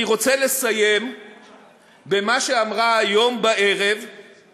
אני רוצה לסיים במה שאמרה הערב ראש